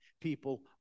people